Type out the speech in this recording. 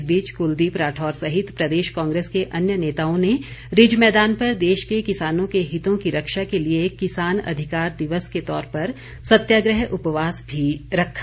इस बीच कुलदीप राठौर सहित प्रदेश कांग्रेस के अन्य नेताओं ने रिज मैदान पर देश के किसानों के हितों की रक्षा के लिए किसान अधिकार दिवस के तौर पर सत्याग्रह उपवास भी रखा